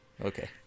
Okay